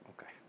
Okay